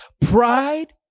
pride